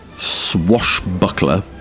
Swashbuckler